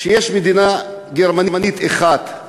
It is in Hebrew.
כשיש מדינה גרמנית אחת,